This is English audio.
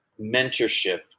mentorship